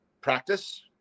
practice